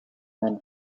and